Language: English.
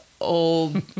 old